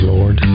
Lord